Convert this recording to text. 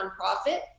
nonprofit